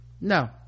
no